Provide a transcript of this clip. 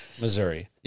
Missouri